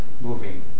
moving